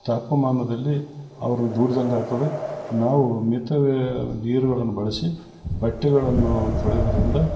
ತಾಪಮಾನದಲ್ಲಿ ಅವರು ದೂಡ್ದಂಗೆ ಆಗ್ತದೆ ನಾವು ಮಿತವ್ಯಯ ನೀರುಗಳನ್ ಬಳಸಿ ಬಟ್ಟೆಗಳನ್ನು ತೊಳೆಯೋದ್ರಿಂದ